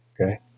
Okay